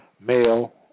male